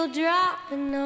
dropping